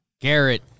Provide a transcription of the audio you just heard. Garrett